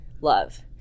love